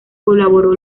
colaboró